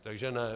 Takže ne.